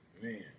Man